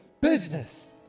Business